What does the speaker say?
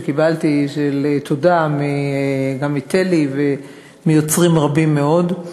תודה שקיבלתי מתל"י ומיוצרים רבים מאוד.